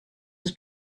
has